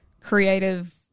creative